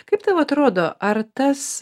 kaip tau atrodo ar tas